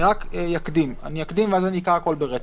אני אקדים ואסביר ואז אקרא את הכול ברצף.